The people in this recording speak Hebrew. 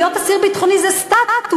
להיות אסיר ביטחוני זה סטטוס,